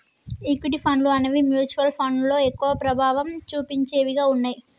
equity ఫండ్లు అనేవి mutual ఫండ్లలో ఎక్కువ ప్రభావం చుపించేవిగా ఉన్నయ్యి